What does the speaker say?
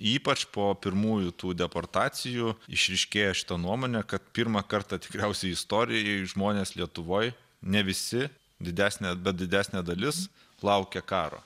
ypač po pirmųjų tų deportacijų išryškėjo šita nuomonė kad pirmą kartą tikriausiai istorijoj žmonės lietuvoj ne visi didesnė bet didesnė dalis laukia karo